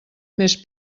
més